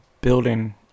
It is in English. Building